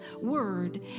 word